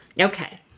Okay